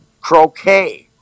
croquet